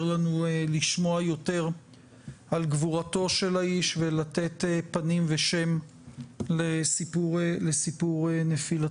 לנו לשמוע יותר על גבורתו של האיש ולתת פנים ושם לסיפור נפילתו.